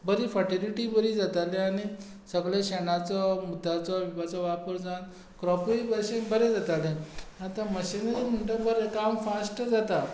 बरी फटिलिटी बरी जाताली आनी सगले शेणाचो मुताचो बिपाचो वापर जावन क्रॉपूय मात्शें बरें जातालें आतां मशिनरी म्हणटा बरें काम फास्ट जाता